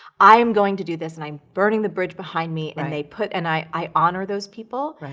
i'm going to do this and i'm burning the bridge behind me, and they put, and i i honor those people.